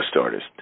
artist